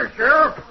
Sheriff